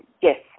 yes